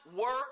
work